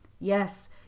Yes